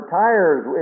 tires